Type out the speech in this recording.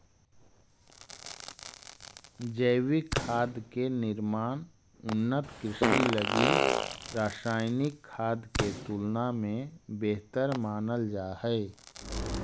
जैविक खाद के निर्माण उन्नत कृषि लगी रासायनिक खाद के तुलना में बेहतर मानल जा हइ